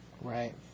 Right